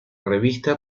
revista